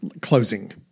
closing